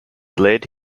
led